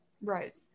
Right